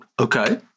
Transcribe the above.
okay